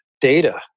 data